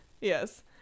yes